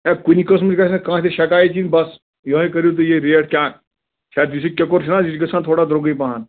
اَے کُنہٕ قٕسمٕچ گژھِنہٕ کانٛہہ تہِ شَکایَت یِن بَس یِہَے کٔرِو تُہۍ یہِ ریٹ کیٛاہ کیٛازِ یُس یہِ کِکُر چھُنہٕ حظ یہِ چھُ گژھان تھوڑا درٛۅگٕے پَہَن